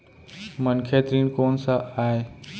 मनखे ऋण कोन स आय?